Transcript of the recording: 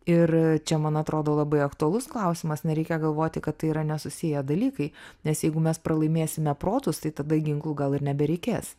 ir čia man atrodo labai aktualus klausimas nereikia galvoti kad tai yra nesusiję dalykai nes jeigu mes pralaimėsime protus tai tada ginklų gal ir nebereikės